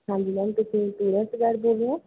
ਹਾਂਜੀ ਮੈਮ ਤੁਸੀਂ tourist guide ਬੋਲ ਰਹੇ ਹੋ